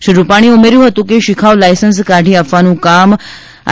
શ્રી રૂપાણીએ ઉમેર્યુ હતું કે શિખાઉ લાયસન્સ કાઢી આપવાનું કામ આ